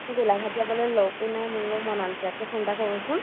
গোলঘাট যাবলৈ লগো নাই মই বোলো মনালিছা কে ফোন এটা কৰোচোন